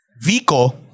Vico